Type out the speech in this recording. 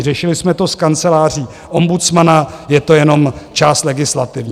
Řešili jsme to s Kanceláří ombudsmana, je to jenom část legislativní.